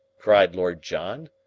cried lord john.